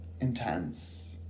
intense